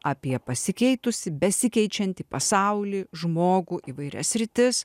apie pasikeitusį besikeičiantį pasaulį žmogų įvairias sritis